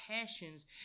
passions